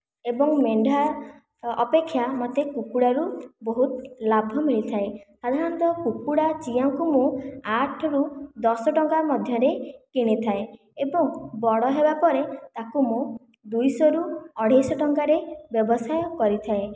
ଏବଂ ମେଣ୍ଡା ଅପେକ୍ଷା ମୋତେ କୁକୁଡ଼ାରୁ ବହୁତ ଲାଭ ମିଳିଥାଏ ସାଧାରଣତଃ କୁକୁଡ଼ା ଚିଆଁକୁ ମୁଁ ଆଠରୁ ଦଶ ଟଙ୍କା ମଧ୍ୟରେ କିଣି ଥାଏ ଏବଂ ବଡ ହେବା ପରେ ଏହାକୁ ମୁଁ ଦୁଇଶହ ରୁ ଅଢେଇଶ ଟଙ୍କାରେ ବ୍ୟବସାୟ କରିଥାଏ